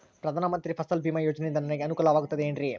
ಪ್ರಧಾನ ಮಂತ್ರಿ ಫಸಲ್ ಭೇಮಾ ಯೋಜನೆಯಿಂದ ನನಗೆ ಅನುಕೂಲ ಆಗುತ್ತದೆ ಎನ್ರಿ?